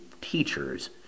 teachers